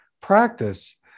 practice